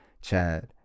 Chad